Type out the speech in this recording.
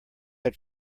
had